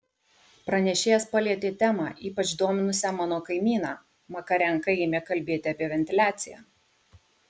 pranešėjas palietė temą ypač dominusią mano kaimyną makarenka ėmė kalbėti apie ventiliaciją